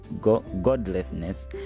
godlessness